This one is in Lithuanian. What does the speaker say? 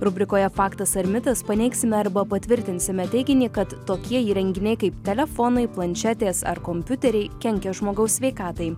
rubrikoje faktas ar mitas paneigsime arba patvirtinsime teiginį kad tokie įrenginiai kaip telefonai planšetės ar kompiuteriai kenkia žmogaus sveikatai